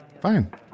Fine